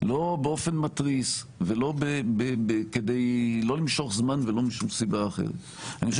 לא באופן מתריס ולא כדי למשוך זמן ולא משום סיבה אחרת: אני חושב